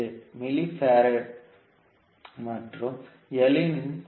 67 milli பாரட் மற்றும் L 1